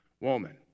woman